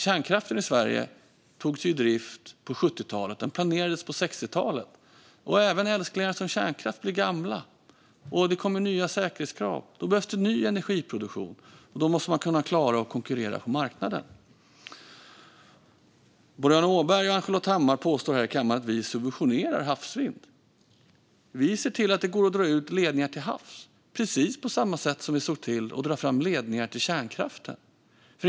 Kärnkraften i Sverige planerades dock på 60-talet och togs i drift på 70-talet. Även älsklingar som kärnkraft blir gamla. Det har dessutom kommit nya säkerhetskrav. Och när det behövs ny energiproduktion måste man klara av att konkurrera på marknaden. Boriana Åberg och Ann-Charlotte Hammar Johnsson påstår här i kammaren att vi subventionerar havsvind. Vi ser till att det går att dra ut ledningar till havs, precis på samma sätt som vi såg till att dra fram ledningar till kärnkraften.